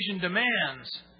demands